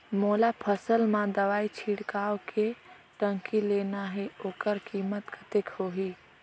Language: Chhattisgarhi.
मोला फसल मां दवाई छिड़काव के टंकी लेना हे ओकर कीमत कतेक होही?